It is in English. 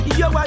yo